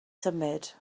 symud